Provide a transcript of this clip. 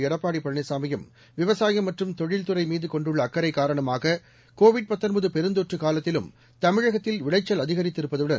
எடப்பாடி பழனிசாமியும் விவசாயம் மற்றும் தொழில்துறை மீது கொன்டுள்ள அக்கறை காரணமாக கோவிட் பெருந்தொற்று காலத்திலும் தமிழகத்தில் விளைச்சல் அதிகரித்திருப்பதுடன்